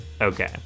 Okay